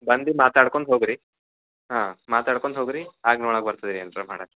ಬಂದು ಮಾತಾಡ್ಕೊಂಡು ಹೋಗ್ರಿ ಹಾಂ ಮಾತಾಡ್ಕೊನ ಹೋಗ್ರಿ ಆಗ್ನ ಒಳಗೆ ಬರ್ತದ ಏನ್ರ ಮಾಡಕ್ಕೆ